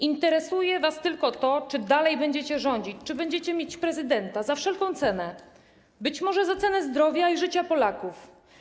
Interesuje was tylko to, czy dalej będziecie rządzić, czy będziecie mieć prezydenta - za wszelką cenę, być może za cenę zdrowia i życia Polaków.